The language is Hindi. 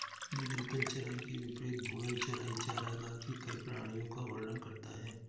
निरंतर चराई के विपरीत घूर्णन चराई चरागाह की कई प्रणालियों का वर्णन करता है